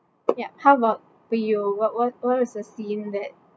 ya how about for you what what was a scene that